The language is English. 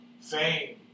fame